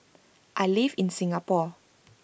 I live in Singapore